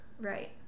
Right